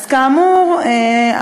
אז כאמור,